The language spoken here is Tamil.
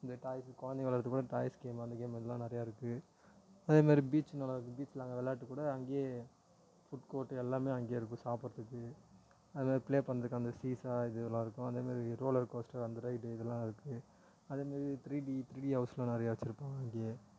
இந்த டாய்ஸு கொழந்தைங்க விளையாட்றதுக்குக்கூட டாய்ஸ் கேம் அந்த கேம் இதெல்லாம் நிறையா இருக்குது அதே மாதிரி பீச் நல்லா இருக்குது பீச்சில் அங்கே விளையாட்டு கூட அங்கேயே ஃபுட் கோட் எல்லாமே அங்கே இருக்கும் சாப்பிட்றதுக்கு அது மாதிரி ப்ளே பண்ணுறதுக்கு அந்த சீஸா இது இதெல்லாம் இருக்கும் அதே மாதிரி ரோலர் கோஸ்டர் அந்த ரைடு இதெல்லாம் இருக்குது அதே மாதிரி ட்ரீ டி ட்ரீ டி ஹவுஸெல்லாம் நிறையா வச்சுருப்பாங்க அங்கேயே